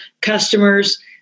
customers